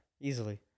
Easily